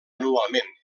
anualment